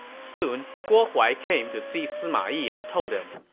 soon, guo huai came to see sima yi and told him,